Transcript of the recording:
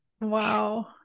Wow